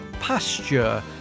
pasture